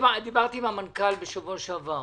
דיברתי עם מנכ"ל משרד הביטחון בשבוע שעבר.